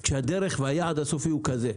הדרך היא כזו ושהיעד הסופי הוא כזה.